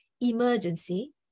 emergency